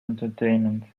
entertainment